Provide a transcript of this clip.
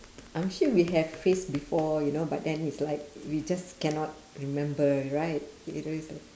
I'm sure we have face before you know but then it's like we just cannot remember right